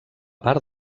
part